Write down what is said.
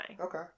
Okay